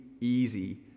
easy